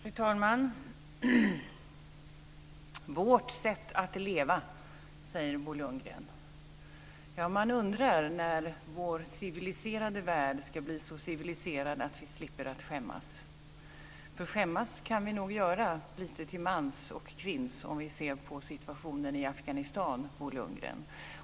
Fru talman! Vårt sätt att leva, säger Bo Lundgren. Man undrar när vår civiliserade värld ska bli så civiliserad att vi slipper skämmas. För skämmas kan vi nog göra lite till mans och kvinns om vi ser på situationen i Afghanistan, Bo Lundgren.